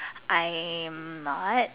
I am not